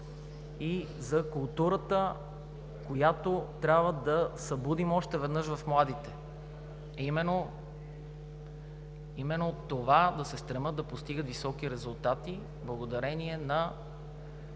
и за културата, която трябва да събудим още веднъж в младите, а именно това да се стремят да постигат високи резултати благодарение на